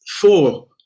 four